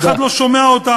אף אחד לא שומע אותם,